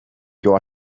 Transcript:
your